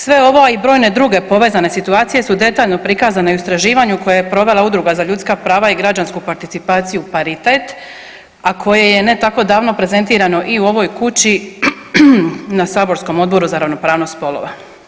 Sve ovo, a i brojne druge povezane situacije su detaljno prikazane i u istraživanju koje je provela Udruga za ljudska prava i građansku participaciju Paritet, a koje je ne tako davno prezentirano i u ovoj kući na saborskom Odboru za ravnopravnost spolova.